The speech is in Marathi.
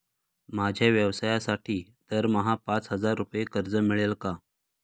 माझ्या व्यवसायासाठी दरमहा पाच हजार रुपये कर्ज मिळेल का?